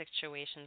situations